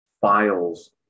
files